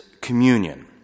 communion